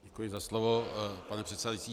Děkuji za slovo, pane předsedající.